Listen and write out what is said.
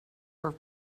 are